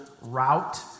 route